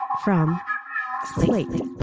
from slightly.